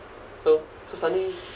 so so suddenly